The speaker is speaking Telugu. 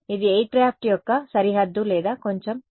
ఇది ఎయిర్ క్రాఫ్ట్ యొక్క సరిహద్దు లేదా కొంచెం ఎక్కువ ఉందా